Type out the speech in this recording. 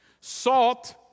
Salt